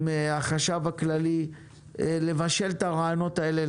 עם החשב הכללי לבשל את הרעיונות האלה,